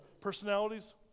personalities